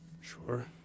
Sure